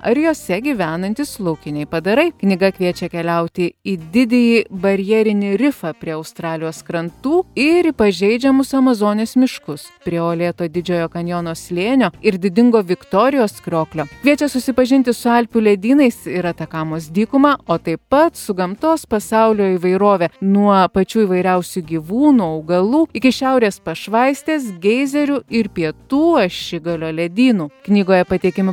ar jose gyvenantys laukiniai padarai knyga kviečia keliauti į didįjį barjerinį rifą prie australijos krantų ir į pažeidžiamus amazonės miškus prie uolėto didžiojo kanjono slėnio ir didingo viktorijos krioklio kviečia susipažinti su alpių ledynais ir atakamos dykuma o taip pat su gamtos pasaulio įvairove nuo pačių įvairiausių gyvūnų augalų iki šiaurės pašvaistės geizerių ir pietų ašigalio ledynų knygoje pateikiami